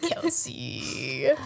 Kelsey